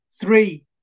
three